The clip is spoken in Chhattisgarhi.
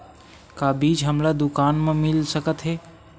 का बीज हमला दुकान म मिल सकत हे?